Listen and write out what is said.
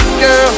girl